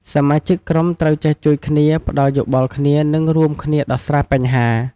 សមាជិកក្រុមត្រូវចេះជួយគ្នា ផ្ដល់យោបល់គ្នា និងរួមគ្នាដោះស្រាយបញ្ហា។